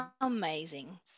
Amazing